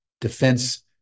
defense